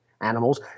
animals